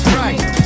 right